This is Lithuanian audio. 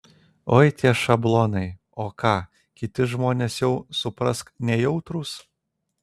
oi tie šablonai o ką kiti žmonės jau suprask nejautrūs